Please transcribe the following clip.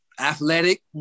athletic